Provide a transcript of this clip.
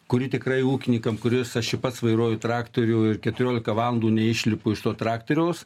kuri tikrai ūkininkam kuriuos aš ir pats vairuoju traktorių ir keturiolika valandų neišlipu iš to traktoriaus